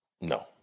No